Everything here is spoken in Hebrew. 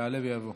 יעלה ויבוא.